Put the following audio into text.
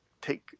take